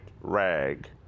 rag